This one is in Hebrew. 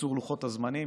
בקיצור לוחות הזמנים,